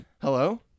Hello